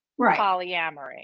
polyamory